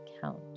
count